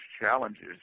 challenges